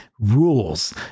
rules